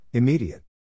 Immediate